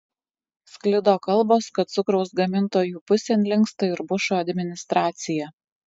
sklido kalbos kad cukraus gamintojų pusėn linksta ir bušo administracija